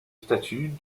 statut